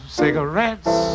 cigarettes